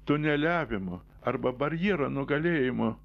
tuneliavimo arba barjero nugalėjimo